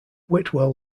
whitwell